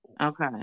Okay